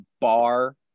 bar